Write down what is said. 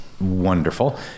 Wonderful